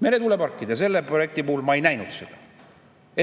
Meretuuleparkide projekti puhul ma ei näinud seda.